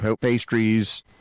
pastries